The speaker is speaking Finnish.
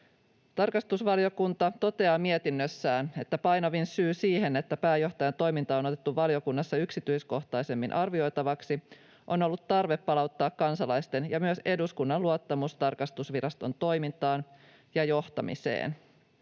Tarkastusvaliokunta toteaa mietinnössään, että painavin syy siihen, että pääjohtajan toiminta on otettu valiokunnassa yksityiskohtaisemmin arvioitavaksi, on ollut tarve palauttaa kansalaisten ja myös eduskunnan luottamus tarkastusviraston toimintaan ja johtamiseen.